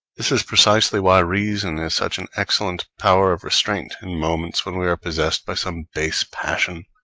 this is precisely why reason is such an excellent power of restraint in moments when we are possessed by some base passion,